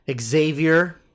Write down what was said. xavier